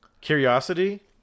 curiosity